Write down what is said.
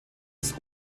das